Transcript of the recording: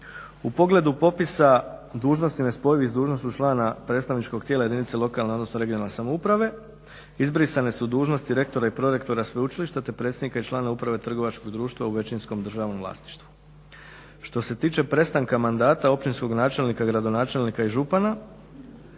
U pogledu popisa dužnosti nespojivih s dužnošću člana predstavničkog tijela jedinice lokalne, odnosno regionalne samouprave izbrisane su dužnosti rektora i prorektora sveučilišta te predstavnika i člana Uprave trgovačkog društva u većinskom državnom vlasništvu. Što se tiče prestanka mandata općinskog načelnika, gradonačelnika i župana